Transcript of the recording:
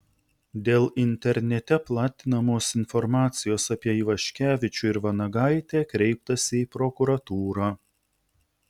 dėl internete platinamos informacijos apie ivaškevičių ir vanagaitę kreiptasi į prokuratūrą